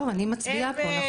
טוב, אני מצביעה פה, נכון?